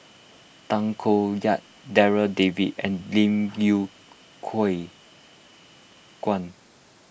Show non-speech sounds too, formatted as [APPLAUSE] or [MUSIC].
Tay Koh Yat Darryl David and Lim Yew [UNINTELLIGIBLE] Kuan